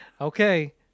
Okay